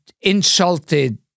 insulted